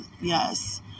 Yes